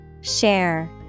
Share